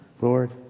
Lord